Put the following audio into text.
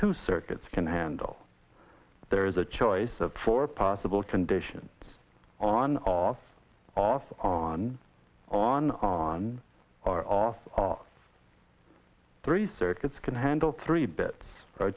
two circuits can handle there is a choice of four possible conditions on offer on on on or off three circuits can handle three bits